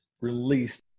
released